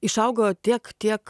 išaugo tiek tiek